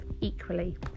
equally